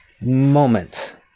moment